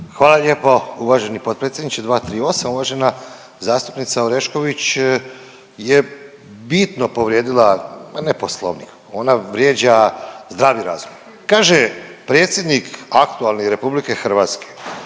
Hvala lijepo uvaženi potpredsjedniče. 238. Uvažena zastupnica Orešković je bitno povrijedila, a ne Poslovnik, ona vrijeđa zdravi razum. Kaže, predsjednik aktualne RH, moja je